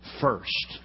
first